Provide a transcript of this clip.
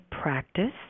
Practice